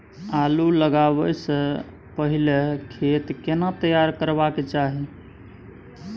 आलू लगाबै स पहिले खेत केना तैयार करबा के चाहय?